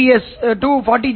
S 40 G